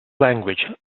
language